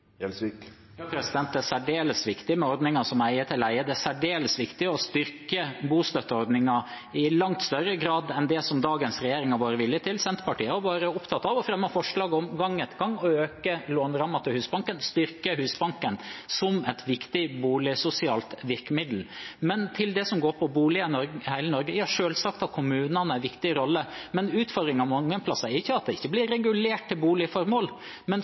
Det er særdeles viktig med ordninger som leie-til-eie. Det er særdeles viktig å styrke bostøtteordningen, i langt større grad enn det som dagens regjering har vært villig til. Senterpartiet har vært opptatt av og fremmet forslag om, gang etter gang, å øke lånerammen til Husbanken og styrke Husbanken som et viktig boligsosialt virkemiddel. Men til det som går på boliger i hele Norge: Ja, selvsagt har kommunene en viktig rolle, men utfordringen mange plasser er ikke at det ikke blir regulert til boligformål.